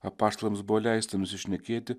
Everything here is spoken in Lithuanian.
apaštalams buvo leista nusišnekėti